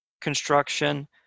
construction